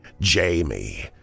Jamie